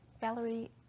Valerie